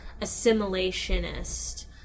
assimilationist